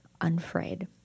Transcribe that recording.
Unfraid